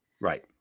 right